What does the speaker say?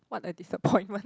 what a disappointment